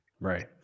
right